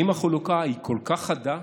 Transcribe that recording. האם החלוקה היא כל כך חדה?